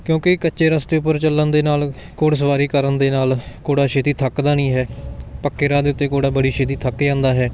ਕਿਉਂਕਿ ਕੱਚੇ ਰਸਤੇ ਪਰ ਚੱਲਣ ਦੇ ਨਾਲ ਘੋੜ ਸਵਾਰੀ ਕਰਨ ਦੇ ਨਾਲ ਘੋੜਾ ਛੇਤੀ ਥੱਕਦਾ ਨਹੀਂ ਹੈ ਪੱਕੇ ਰਾਹ ਦੇ ਉੱਤੇ ਘੋੜਾ ਬੜੀ ਛੇਤੀ ਥੱਕ ਜਾਂਦਾ ਹੈ